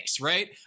right